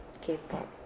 K-pop